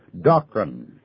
doctrine